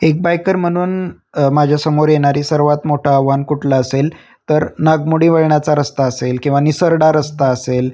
एक बायकर म्हणून माझ्यासमोर येणारे सर्वात मोठं आव्हान कुठलं असेल तर नागमोडी वळणाचा रस्ता असेल किंवा निसरडा रस्ता असेल